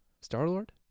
Star-Lord